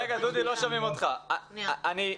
רגע,